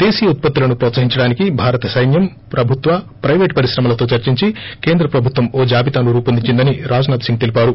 దేశీయ ఉత్పత్తులను ప్రోత్పహించడానికి భారత సైన్యం ప్రభుత్వ పైపేటు పరిశ్రమలతో చర్సించి కేంద్ర ప్రభుత్వం ఓ జాబితాను రూపొందించిందని రాజ్నాథ్ సింగ్ తెలిపారు